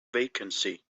vacancy